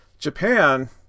Japan